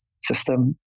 system